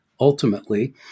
ultimately